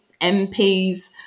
MPs